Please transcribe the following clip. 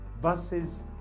verses